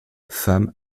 femmes